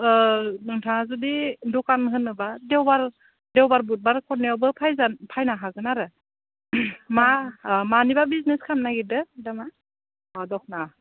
नोंथाङा जुदि दखान होनोब्ला देवबार देवबार बुधबार खननैयावबो फायजायो फायनो हागोन आरो मा अ मानिबा बिजनेस खामनो नागिरदो नामा अ दख'ना